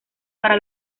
para